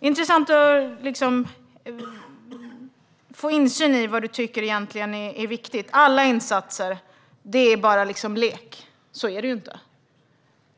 Det är intressant att få insyn i vad du egentligen tycker är viktigt. Alla insatser är bara lek. Så är det ju inte.